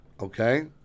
Okay